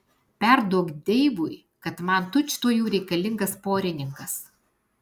perduok deivui kad man tučtuojau reikalingas porininkas